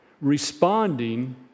responding